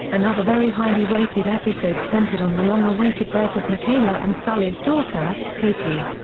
another very highly rated episode centered on the long-awaited birth of michaela and sully's daughter, katie.